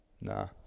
Nah